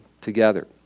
together